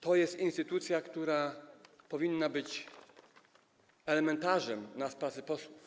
To jest instytucja, która powinna być elementarzem dla nas, dla pracy posłów.